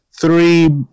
three